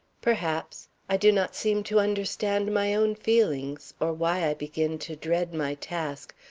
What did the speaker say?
perhaps. i do not seem to understand my own feelings, or why i begin to dread my task,